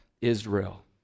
Israel